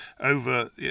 over